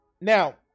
Now